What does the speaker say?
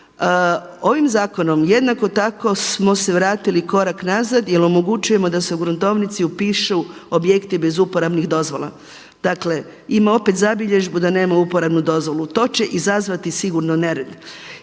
Ovim zakonom jednako tako smo se vratili korak nazad jel omogućujemo da se u gruntovnici upišu objekti bez uporabnih dozvola. Dakle, ima opet zabilježbu da nema uporabnu dozvolu, to će izazvati sigurno nered.